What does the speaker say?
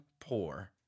poor